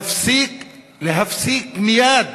להפסיק מייד,